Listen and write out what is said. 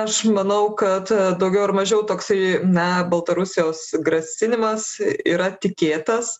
aš manau kad daugiau ar mažiau toksai na baltarusijos grasinimas yra tikėtas